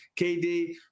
KD